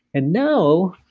and now,